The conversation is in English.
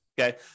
okay